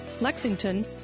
Lexington